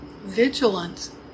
vigilant